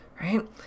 right